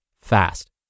fast